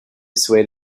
swayed